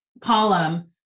column